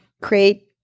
create